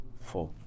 four